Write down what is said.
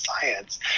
science